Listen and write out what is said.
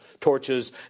torches